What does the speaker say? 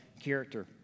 character